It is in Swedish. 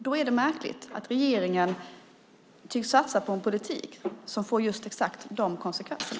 Då är det märkligt att regeringen tycks satsa på en politik som får just de konsekvenserna.